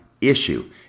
issue